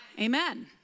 Amen